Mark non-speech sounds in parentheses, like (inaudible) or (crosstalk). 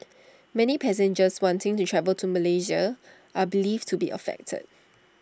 (noise) many passengers wanting to travel to Malaysia are believed to be affected